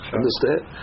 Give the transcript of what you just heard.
Understand